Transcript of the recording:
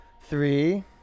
three